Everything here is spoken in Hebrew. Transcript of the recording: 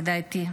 לדעתי.